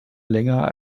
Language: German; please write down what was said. länger